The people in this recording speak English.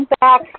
back